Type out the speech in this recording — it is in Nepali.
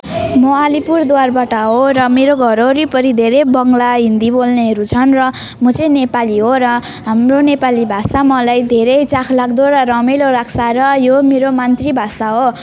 म अलिपुरद्वारबाट हो र मेरो घर वरिपरि धेरै बङ्गला हिन्दी बोल्नेहरू छन् र म चाहिँ नेपाली हो र हाम्रो नेपाली भाषा मलाई धेरै चाखलाग्दो र रमाइलो लाग्छ र यो मेरो मातृभाषा हो